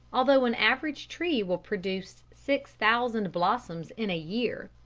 although an average tree will produce six thousand blossoms in a year.